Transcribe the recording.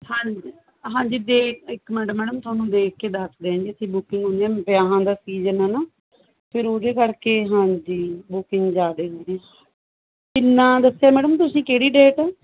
ਹਾਂਜੀ ਹਾਂਜੀ ਦੇ ਇੱਕ ਮਿੰਟ ਮੈਡਮ ਤੁਹਾਨੂੰ ਦੇਖ ਕੇ ਦੱਸ ਦੇਗੇ ਕੀ ਬੂਕਿੰਗ ਹੋਈ ਆ ਵਿਆਹਾਂ ਦਾ ਸੀਜਨ ਫਿਰ ਉਹਦੇ ਕਰਕੇ ਹਾਂਜੀ ਬੂਕਿੰਗ ਜਿਆਦੇ ਕਿੰਨਾ ਦੱਸਿਆ ਮੈਡਮ ਤੁਸੀਂ ਕਿਹੜੀ ਡੇਟ ਹੈ